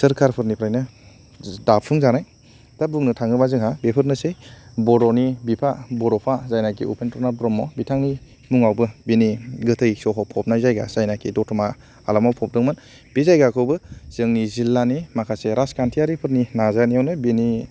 सोरखारफोरनिफ्रायनो दाफुंजानाय दा बुंनो थाङोबा जोंहा बेफोरनोसै बर'नि बिफा बड'फा जायनाकि उपेन्द्र नाथ ब्रह्म बिथांनि मुङावबो बिनि गोथौ सह' फबनाय जायगा जायनाकि दतमा हालामाव फबदोंमोन बे जायगाखौबो जोंनि जिल्लानि माखासे राजखान्थिआरिफोरनि नाजानायावनो बिनि